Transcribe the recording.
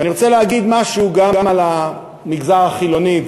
ואני רוצה להגיד משהו גם על המגזר החילוני,